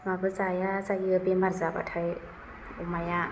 माबो जाया जायो बेमार जाबाथाय अमाया